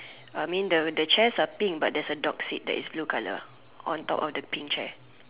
uh I mean the the chairs are pink but there's a dog seat that is blue color on top of the pink chair